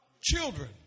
Children